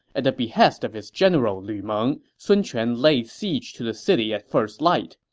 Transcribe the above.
at the behest of his general lu meng, sun quan laid siege to the city at first light.